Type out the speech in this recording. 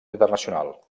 internacional